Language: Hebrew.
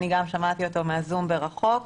אני גם שמעתי אותו מהזום ברחוק,